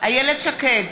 איילת שקד,